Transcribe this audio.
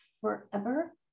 forever